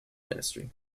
ministry